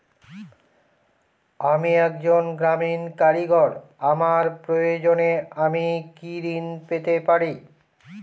আমি একজন গ্রামীণ কারিগর আমার প্রয়োজনৃ আমি কি ঋণ পেতে পারি?